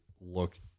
look